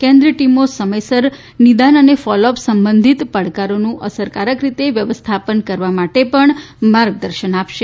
કેન્દ્રિય ટીમો સમયસર નિદાન અને ફોલોઅપ સંબંધિત પડકારોનું અસરકારક રીતે વ્યવ્થાપન કરવા માટે પણ માર્ગદર્શન આપશે